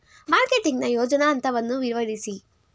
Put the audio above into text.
Marketing ನ ಯೋಜನಾ ಹಂತವನ್ನು ವಿವರಿಸಿ?